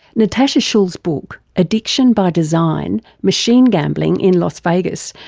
natasha scull's book, addiction by design machine gambling in las vegas,